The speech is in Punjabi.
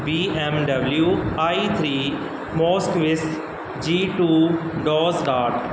B M W I three most wish G two dose dot